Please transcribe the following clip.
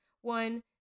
One